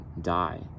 die